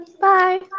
Bye